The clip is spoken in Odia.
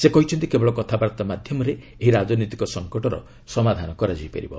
ସେ କହିଛନ୍ତି କେବଳ କଥାବାର୍ତ୍ତା ମାଧ୍ୟମରେ ଏହି ରାଜନୈତିକ ସଂକଟକର ସମାଧାନ କରାଯାଇ ପାରିବ